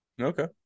Okay